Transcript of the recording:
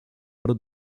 other